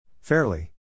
Fairly